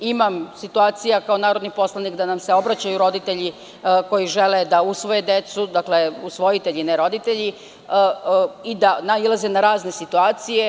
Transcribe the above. Imam situacije kao narodni poslanik, da nam se obraćaju roditelji koji žele da usvoje decu, dakle, usvojitelji, ne roditelji i da nailaze na razne situacije.